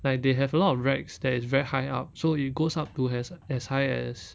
like they have a lot of rags that it's very high up so it goes up to as as high as